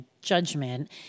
judgment